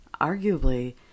arguably